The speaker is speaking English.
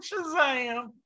shazam